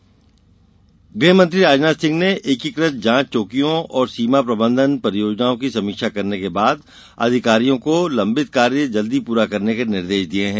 राजनाथ गृहमंत्री राजनाथ सिंह ने एकीकृत जांच चौकियों और सीमा प्रबंधन परियोजनाओं की समीक्षा करने के बाद अधिकारियों को लम्बित कार्य जल्दी पूरा करने के निर्देश दिये हैं